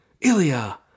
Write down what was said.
Ilya